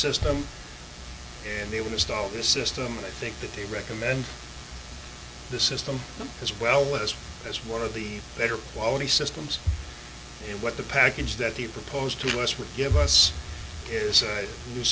system and they will install the system and i think that they recommend the system as well as that's one of the better quality systems and what the package that he proposed to us would give us is a new